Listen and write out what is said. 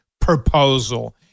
proposal